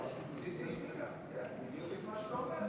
האופוזיציה השיגה בדיוק את מה שאתה אומר,